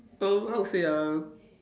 um how to say ah